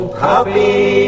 happy